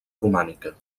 romànica